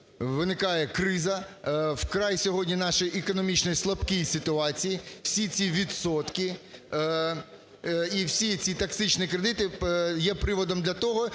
виникає криза, вкрай сьогодні нашій економічно слабкій ситуації. Всі ці відсотки і всі ці "токсичні" кредити є приводом для того,